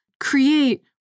create